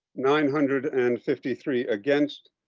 nine hundred and fifty three against.